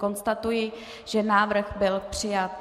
Konstatuji, že návrh byl přijat.